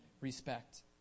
respect